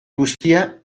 guztia